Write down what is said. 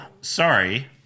sorry